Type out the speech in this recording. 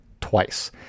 twice